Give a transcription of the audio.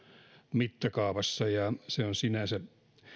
mittakaavassa se on sinänsä